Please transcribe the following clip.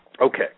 Okay